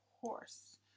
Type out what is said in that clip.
horse